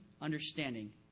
understanding